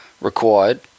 required